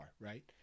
Right